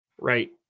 Right